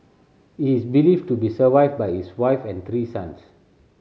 he is believed to be survived by his wife and three sons